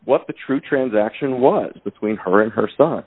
what the true transaction was between her and her son